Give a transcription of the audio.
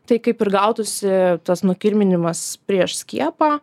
tai kaip ir gautųsi tas nukirminimas prieš skiepą